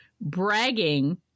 bragging